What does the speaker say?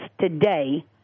today